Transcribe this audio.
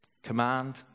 command